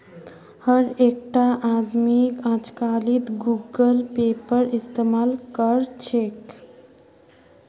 हर एकटा आदमीक अजकालित गूगल पेएर इस्तमाल कर छेक